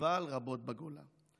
שסבל רבות בגולה.